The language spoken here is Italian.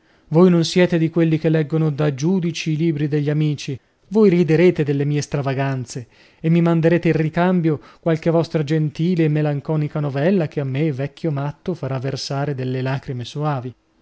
voi non siete di quelli che leggono da giudici i libri degli amici voi riderete delle mie stravaganze e mi manderete in ricambio qualche vostra gentile e melanconica novella che a me vecchio matto farà versare delle lacrime soavi